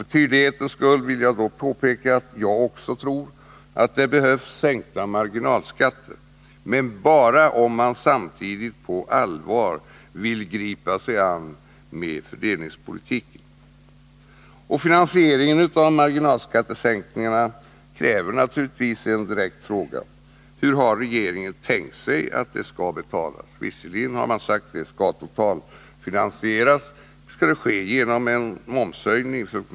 För tydlighetens skull vill jag påpeka att jag också tror att det behövs sänkta marginalskatter, men bara om man samtidigt på allvar vill gripa sig an med fördelningspolitiken. Och finansieringen av marginalskattesänkningarna kräver naturligtvis en direkt fråga: Hur har regeringen tänkt sig att det skall betalas? Visserligen har man sagt att det skall totalfinansieras. Men skall det ske genom en momshöjning?